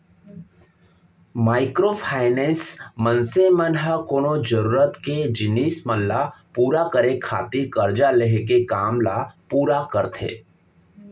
micro finance, मनसे मन ह कोनो जरुरत के जिनिस मन ल पुरा करे खातिर करजा लेके काम ल पुरा करथे